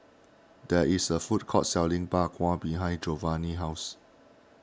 there is a food court selling Bak Kwa behind Giovani's house